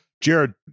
Jared